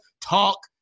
talk